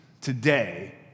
today